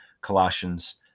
Colossians